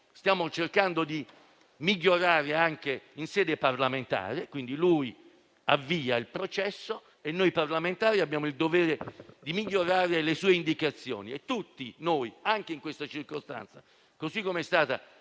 stiamo cercando di migliorare anche in sede parlamentare. Egli, quindi, avvia il processo e noi parlamentari abbiamo il dovere di migliorare le sue indicazioni. Tutti noi anche in questa circostanza, così com'è stato